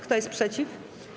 Kto jest przeciw?